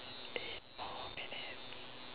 eight more minutes